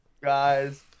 guys